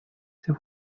they